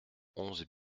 onze